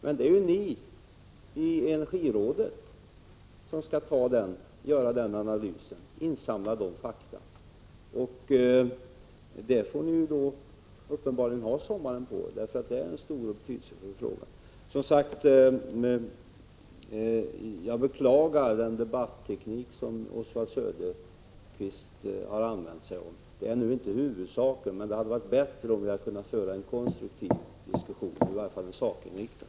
Men det är ni i Energirådet som skall göra den analysen, som skall insamla fakta. Och för det behöver ni uppenbarligen ha sommaren på er, för det är en stor och betydelsefull fråga. Jag beklagar som sagt den debatteknik som Oswald Söderqvist har använt. Det hade varit bättre om vi hade kunnat föra en sakinriktad diskussion.